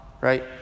right